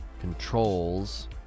Controls